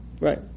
Right